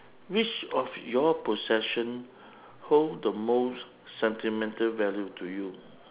which of your possession hold the most sentimental value to you